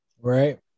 Right